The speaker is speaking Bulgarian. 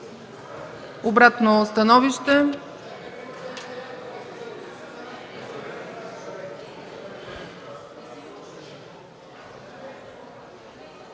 Обратно становище.